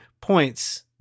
points